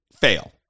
fail